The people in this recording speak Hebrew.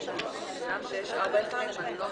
בשעה 10:50.